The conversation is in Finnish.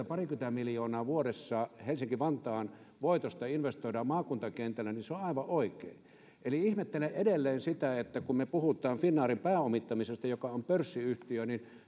parikymmentä miljoonaa vuodessa helsinki vantaan voitosta investoidaan maakuntakentille niin se on aivan oikein eli ihmettelen edelleen sitä että kun me puhumme finnairin pääomittamisesta joka on pörssiyhtiö niin